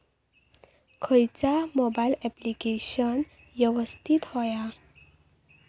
खयचा mobile application यवस्तित होया?